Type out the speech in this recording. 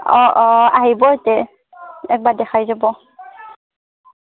অঁ অঁ আহিব এতে একবাৰ দেখাই যাব